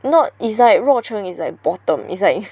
not it's like Ruo Chen is like bottom it's like